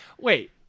Wait